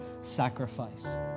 sacrifice